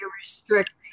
restricting